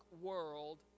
world